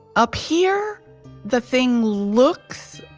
up here the thing looks,